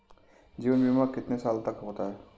जीवन बीमा कितने साल तक का होता है?